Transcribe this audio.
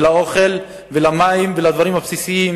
לאוכל ולמים ולדברים הבסיסיים